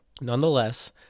nonetheless